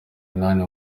inani